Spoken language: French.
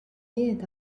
est